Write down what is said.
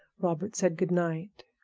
robert said good-night.